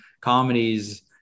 comedies